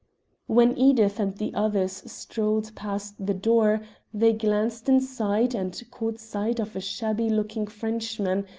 when edith and the others strolled past the door they glanced inside and caught sight of a shabby-looking frenchman,